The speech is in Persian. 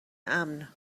امن